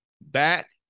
back